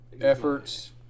efforts